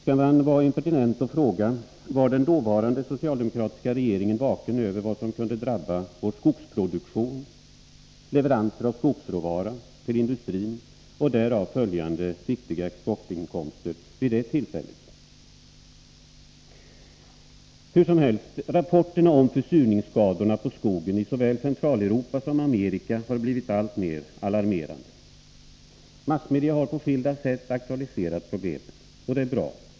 Man kunde vara impertinent och fråga: Var den dåvarande socialdemokratiska regeringen vid det tillfället vaken inför vad som kunde drabba vår skogsproduktion, leveranserna av skogsråvara till industrin och därav påverkade viktiga exportinkomster? Hur som helst: Rapporterna om försurningsskadorna på skogen i såväl Centraleuropa som Amerika har blivit alltmer alarmerande. Massmedia har på skilda sätt aktualiserat problemen. Det är bra.